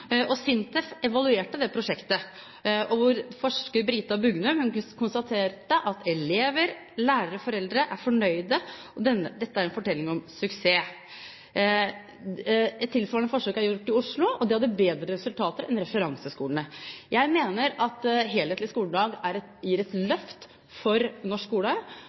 forsøksskoler. SINTEF evaluerte det prosjektet, og forsker Brita Bungum konstaterte at elever, lærere og foreldre er fornøyd. Dette er en fortelling om suksess. Et tilsvarende forsøk er gjort i Oslo, og de hadde bedre resultater enn referanseskolene. Jeg mener at helhetlig skoledag gir et løft for norsk skole,